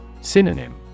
Synonym